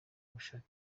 gushaka